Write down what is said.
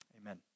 Amen